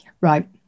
Right